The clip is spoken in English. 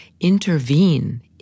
intervene